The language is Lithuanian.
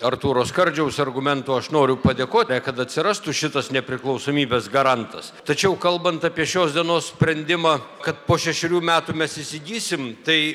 artūro skardžiaus argumentų aš noriu padėkoti kad atsirastų šitas nepriklausomybės garantas tačiau kalbant apie šios dienos sprendimą kad po šešerių metų mes įsigysim tai